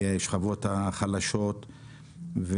לשכבות החלשות,